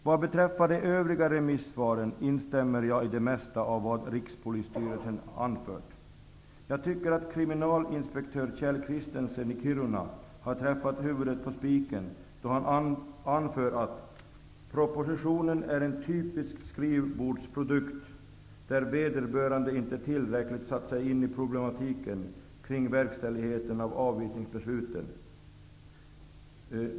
Vad beträffar de övriga remissvaren instämmer jag i det mesta av vad Rikspolisstyrelsen anfört. Jag tycker att kriminalinspektör Kjell Kristensen i Kiruna har träffat huvudet på spiken då han anför att propositionen är en typisk skrivbordsprodukt där vederbörande inte tillräckligt satt sig in i problemen kring verkställigheten av avvisningsbesluten.